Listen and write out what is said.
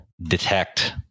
detect